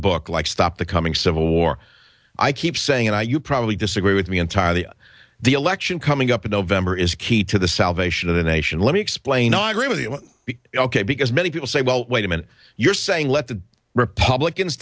book like stop the coming civil war i keep saying and i you probably disagree with me entirely on the election coming up in november is key to the salvation of the nation let me explain i agree with you ok because many people say well wait a minute you're saying let the republicans